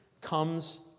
comes